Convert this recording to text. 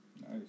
Nice